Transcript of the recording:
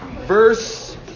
verse